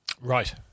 Right